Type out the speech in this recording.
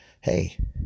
Hey